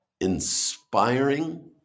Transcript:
inspiring